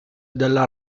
della